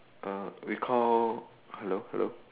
uh we call hello hello